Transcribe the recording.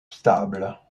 stable